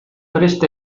prest